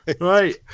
Right